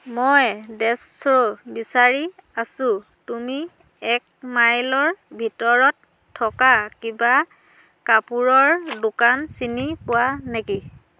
মই dress shoe' বিচাৰি আছোঁ তুমি এক মাইলৰ ভিতৰত থকা কিবা কাপোৰৰ দোকান চিনি পোৱা নেকি